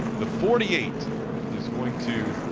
the forty eight is going to